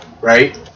right